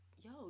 yo